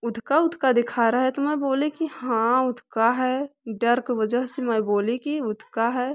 ऊधका उधका दिखा रहा है तो मैं बोली कि हाँ उधका है डर के वजह से मैं बोली कि उधका है